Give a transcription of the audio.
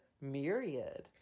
myriad